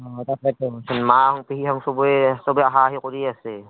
অঁ তাকেতো চোন মা হেন পেহী হেন চবে চবে অহা অহি কৰি আছে